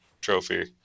trophy